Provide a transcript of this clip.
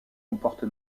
comporte